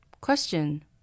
Question